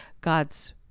God's